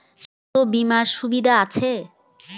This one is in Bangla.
স্বাস্থ্য বিমার সুবিধা আছে?